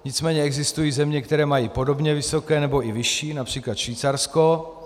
Nicméně existují země, které mají podobně vysoké, nebo i vyšší, například Švýcarsko.